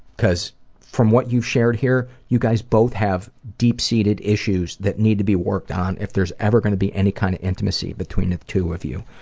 because from what you've shared here, you guys both have deep-seated issues that need to be worked on if there's ever going to be any kind of intimacy between the two of you.